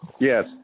Yes